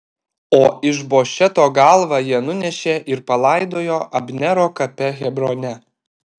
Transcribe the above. o išbošeto galvą jie nunešė ir palaidojo abnero kape hebrone